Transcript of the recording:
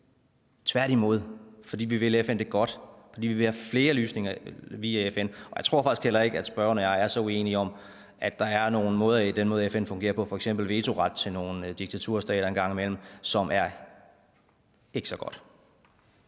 tværtimod. Vi vil FN det godt, fordi vi vil have flere løsninger via FN, og jeg tror faktisk heller ikke, at spørgeren og jeg er så uenige om, at der er nogle områder i den måde, som FN fungerer på en gang imellem, f.eks. i forhold til vetoret til nogle diktaturstater, som ikke er så godt.